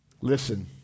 Listen